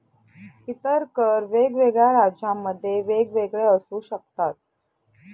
इतर कर वेगवेगळ्या राज्यांमध्ये वेगवेगळे असू शकतात